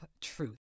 Truth